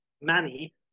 Manny